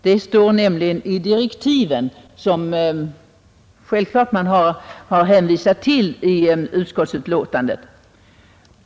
Det står nämligen i direktiven till utredningen, som konstitutionsutskottet självfallet har hänvisat till i sitt förevarande betänkande.